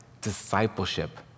discipleship